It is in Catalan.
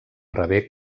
rebé